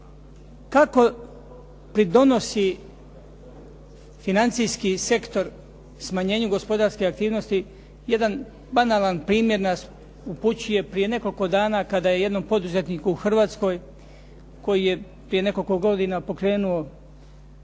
Kako pridonosi financijski sektor smanjenju gospodarske aktivnosti, jedan banalan primjer nas upućuje. Prije nekoliko dana kada je jednom poduzetniku u Hrvatskoj koji je prije nekoliko godina pokrenuo